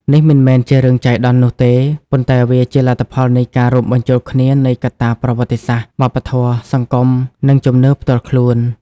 នេះមិនមែនជារឿងចៃដន្យនោះទេ ប៉ុន្តែវាជាលទ្ធផលនៃការរួមបញ្ចូលគ្នានៃកត្តាប្រវត្តិសាស្ត្រ វប្បធម៌ សង្គម និងជំនឿផ្ទាល់ខ្លួន។